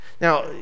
Now